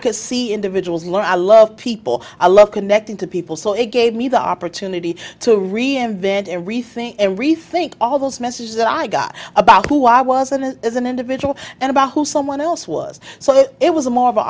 could see individuals learn i love people i love connecting to people so it gave me the opportunity to reinvent everything and rethink all those messages that i got about who i wasn't as an individual and about who someone else was so that it was a more